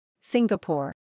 Singapore